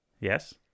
Yes